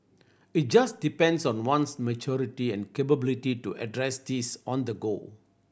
it just depends on one's maturity and capability to address these on the go